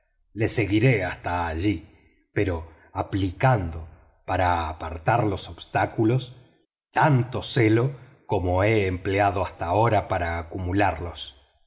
lo seguiré hasta allí pero aplicando para apartar los obstáculos tanto celo como he empleado hasta ahora para acumularlos